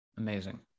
Amazing